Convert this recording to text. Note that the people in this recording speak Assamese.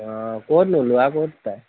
অঁ ক'তনো ল'ৰা ক'ত তাই